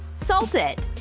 salt it.